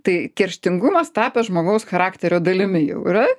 tai kerštingumas tapęs žmogaus charakterio dalimi jau yra